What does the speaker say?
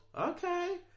Okay